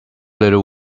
little